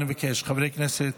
אני אבקש, חבר הכנסת.